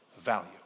value